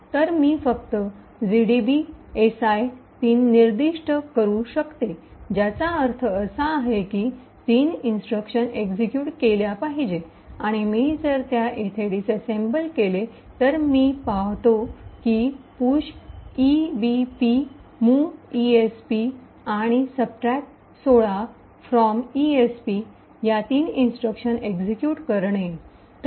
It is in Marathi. तर मी फक्त gdb si 3 निर्दिष्ट करू शकतो ज्याचा अर्थ असा आहे की 3 इंस्ट्रक्शन एक्सिक्यूट केल्या पाहिजेत आणि मी जर त्या येथे डिसिसेम्बल केले तर मी पाहतो की पुश ebp मूव्ह esp आणि सबट्रक १६ फ्रॉम esp या 3 इंस्ट्रक्शन एक्सिक्यूट करणे